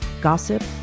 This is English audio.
gossip